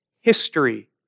history